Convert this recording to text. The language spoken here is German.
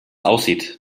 aussieht